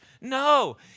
No